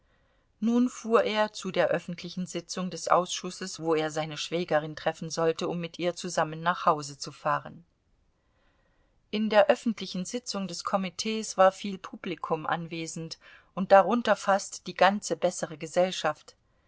nun fuhr er zu der öffentlichen sitzung des ausschusses wo er seine schwägerin treffen sollte um mit ihr zusammen nach hause zu fahren in der öffentlichen sitzung des komitees war viel publikum anwesend und darunter fast die ganze bessere gesellschaft